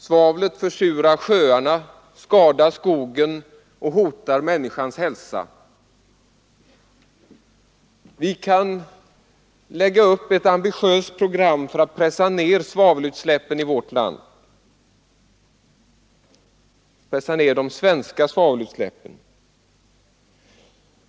Svavlet försurar sjöarna, skadar skogen och hotar människans hälsa. Vi kan lägga upp ett ambitiöst program för att minska de svenska svavelutsläppen.